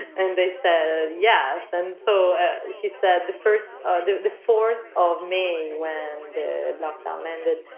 and they said yes. and so she said the first ah the the fourth of may when the lockdown ended.